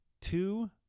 Two